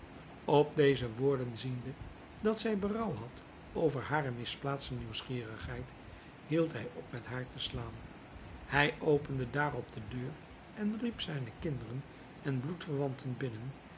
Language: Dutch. op deze woorden ziende dat zij berouw had over hare misplaatste nieuwsgierigheid hield hij op met haar te slaan hij opende daarop de deur en riep zijne kinderen en bloedverwanten binnen